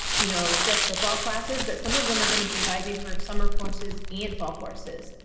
you know, just the fall classes, but some of them are going to be advising for summer courses and fall courses.